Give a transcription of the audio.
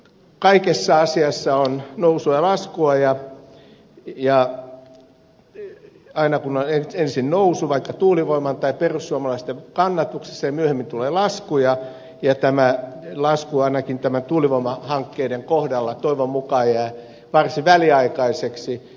kaikessa asiassa on nousua ja laskua ja aina kun on ensin nousu vaikka tuulivoiman tai perussuomalaisten kannatuksessa myöhemmin tulee lasku ja tämä lasku ainakin tuulivoimahankkeiden kohdalla toivon mukaan jää varsin väliaikaiseksi